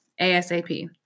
ASAP